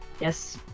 yes